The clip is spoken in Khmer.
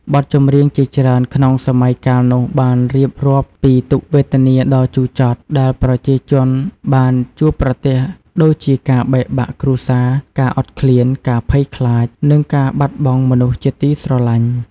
បទចម្រៀងជាច្រើនក្នុងសម័យកាលនោះបានរៀបរាប់ពី ទុក្ខវេទនាដ៏ជូរចត់ ដែលប្រជាជនបានជួបប្រទះ ដូចជាការបែកបាក់គ្រួសារ ការអត់ឃ្លាន ការភ័យខ្លាច និងការបាត់បង់មនុស្សជាទីស្រឡាញ់។